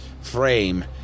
frame